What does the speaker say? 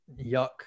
yuck